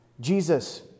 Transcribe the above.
Jesus